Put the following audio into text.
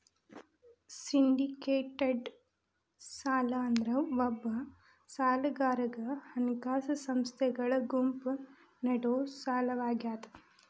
syndicated ಸಾಲ ಅಂದ್ರ ಒಬ್ಬ ಸಾಲಗಾರಗ ಹಣಕಾಸ ಸಂಸ್ಥೆಗಳ ಗುಂಪು ನೇಡೊ ಸಾಲವಾಗ್ಯಾದ